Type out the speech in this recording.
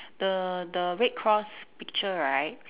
the the red cross picture right